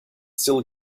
still